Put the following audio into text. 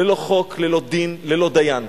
ללא חוק, ללא דין, ללא דיין.